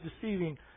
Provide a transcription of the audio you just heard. deceiving